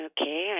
Okay